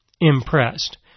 impressed